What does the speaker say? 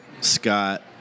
Scott